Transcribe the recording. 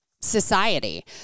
society